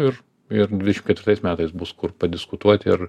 ir ir dvidešimt ketvirtais metais bus kur padiskutuoti ir